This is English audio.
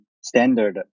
standard